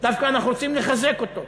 דווקא אנחנו רוצים לחזק אותו.